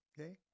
okay